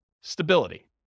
stability